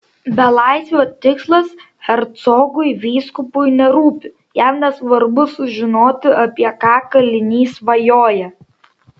belaisvio tikslas hercogui vyskupui nerūpi jam nesvarbu sužinoti apie ką kalinys svajoja